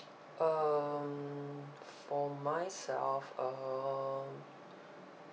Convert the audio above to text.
um for myself uh